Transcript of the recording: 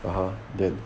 (uh huh) then